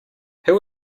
who